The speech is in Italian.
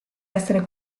essere